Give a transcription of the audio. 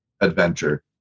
adventure